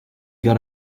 got